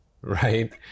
right